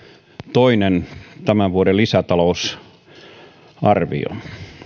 toinen tämän vuoden lisätalousarvio